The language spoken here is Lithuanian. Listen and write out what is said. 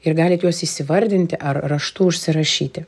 ir galit juos įsivardinti ar raštu užsirašyti